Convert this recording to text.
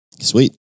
Sweet